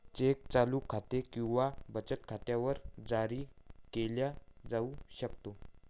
check चालू खाते किंवा बचत खात्यावर जारी केला जाऊ शकतो